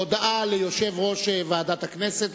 הודעה ליושב-ראש ועדת הכנסת.